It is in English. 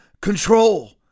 control